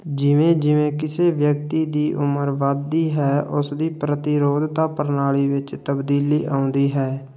ਜਿਵੇਂ ਜਿਵੇਂ ਕਿਸੇ ਵਿਅਕਤੀ ਦੀ ਉਮਰ ਵੱਧਦੀ ਹੈ ਉਸਦੀ ਪ੍ਰਤੀਰੋਧਤਾ ਪ੍ਰਣਾਲੀ ਵਿੱਚ ਤਬਦੀਲੀ ਆਉਂਦੀ ਹੈ